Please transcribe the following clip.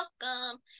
welcome